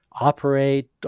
operate